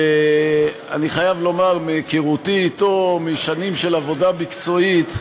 שאני חייב לומר שמהיכרותי אתו משנים של עבודה מקצועית,